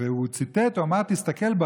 ארץ ישראל.